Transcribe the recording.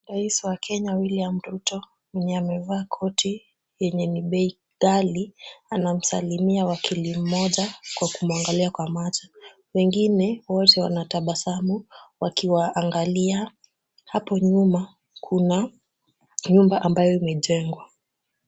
Rais wa Kenya William Ruto mwenye amevaa koti yenye ni bei ghali, anamsalimia wakili mmoja kwa kumwangalia kwa macho. Wengine wote wanatabasamu wakiwaangalia. Hapo nyuma kuna nyumba ambayo imejengwa.